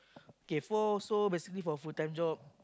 okay four so basically for full time job